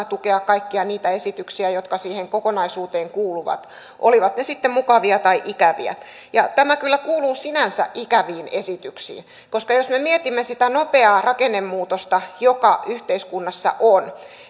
tukea kaikkia niitä esityksiä jotka siihen kokonaisuuteen kuuluvat olivat ne sitten mukavia tai ikäviä tämä kyllä kuuluu sinänsä ikäviin esityksiin jos me me mietimme sitä nopeaa rakennemuutosta joka yhteiskunnassa on